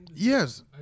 Yes